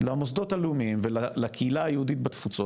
למוסדות הלאומיים ולקהילה היהודית בתפוצות.